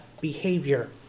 behavior